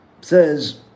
says